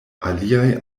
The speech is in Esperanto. aliaj